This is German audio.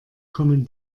kommen